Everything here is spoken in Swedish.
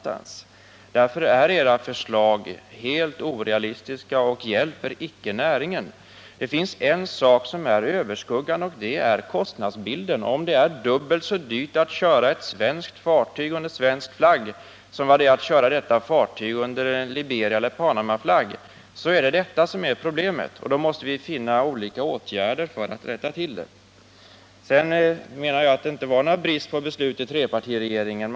Era förslag är alltså helt orealistiska och hjälper icke näringen. Det finns en sak som överskuggar allt annat, nämligen kostnadsbilden. Om det är dubbelt så dyrt att köra ett svenskt fartyg under svensk flagg som att driva det under Liberiaeller Panamaflagg, är detta problemet, och vi måste då finna olika åtgärder för att angripa det. Jag menar vidare att det inte var någon brist på beslut i trepartiregeringen.